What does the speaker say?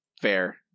Fair